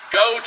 go